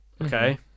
Okay